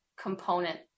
component